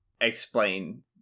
explain